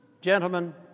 Gentlemen